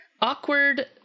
awkward